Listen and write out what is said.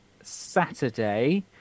Saturday